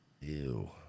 ew